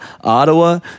Ottawa